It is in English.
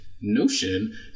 notion